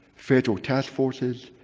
federal task forces,